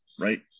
Right